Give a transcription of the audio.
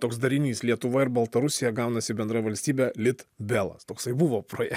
toks darinys lietuva ir baltarusija gaunasi bendra valstybė litbelas toksai buvo proje